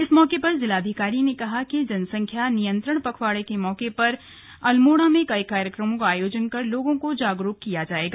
इस मौके पर जिलाधिकारी ने कहा कि जनसंख्या नियंत्रण पखवाड़ा के मौके पर अल्मोड़ा में कई कार्यक्रमों का आयोजन कर लोगों को जागरूक किया जायेगा